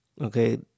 okay